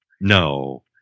No